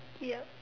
yup